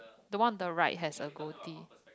the one on the right has a goatie